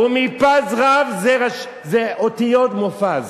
"הנחמדים מזהב ומפז רב" זה אותיות מופז.